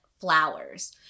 flowers